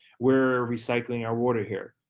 we're recycling our water here,